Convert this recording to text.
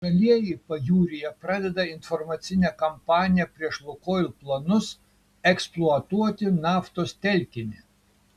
žalieji pajūryje pradeda informacinę kampaniją prieš lukoil planus eksploatuoti naftos telkinį